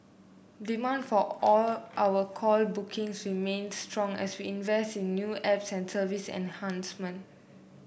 demand for all our call bookings remains strong as we invest in new apps and service enhancement